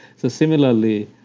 so similarly,